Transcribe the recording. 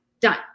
Done